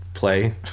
play